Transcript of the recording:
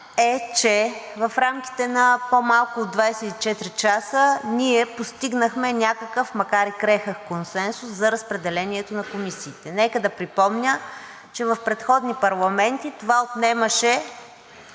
е, че в рамките на по-малко от 24 часа ние постигнахме някакъв, макар и крехък, консенсус за разпределението на комисиите. Нека да припомня, че в предходни парламенти това отнемаше